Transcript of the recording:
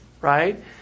right